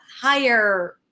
higher